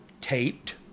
taped